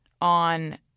on